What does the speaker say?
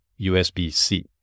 USB-C